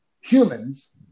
humans